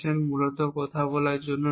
মূলত কথা বলার জন্য নয়